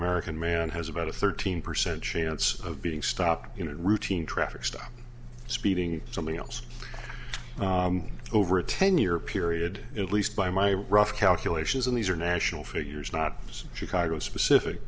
american man has about a thirteen percent chance of being stopped in a routine traffic stop speeding somebody else over a ten year period at least by my rough calculations and these are national figures not chicago specific